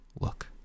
look